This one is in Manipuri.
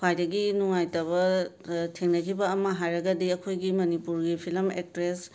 ꯈ꯭ꯋꯥꯏꯗꯒꯤ ꯅꯨꯡꯉꯥꯏꯇꯕ ꯊꯦꯡꯅꯈꯤꯕ ꯑꯃ ꯍꯥꯏꯔꯒꯗꯤ ꯑꯩꯈꯣꯏꯒꯤ ꯃꯅꯤꯄꯨꯔꯒꯤ ꯐꯤꯂꯝ ꯑꯦꯛꯇ꯭ꯔꯦꯁ